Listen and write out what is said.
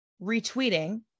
retweeting